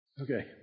Okay